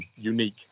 unique